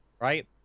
Right